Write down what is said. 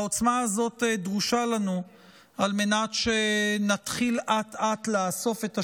העוצמה הזאת דרושה לנו על מנת שנתחיל אט-אט לאסוף את השברים,